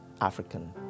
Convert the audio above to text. African